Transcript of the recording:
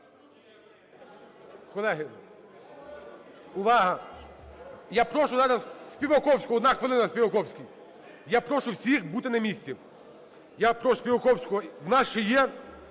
Колеги, увага! І я прошу заразСпіваковському. Одна хвилина – Співаковський. Я прошу всіх бути на місці. Я прошу Співаковського... У нас ще є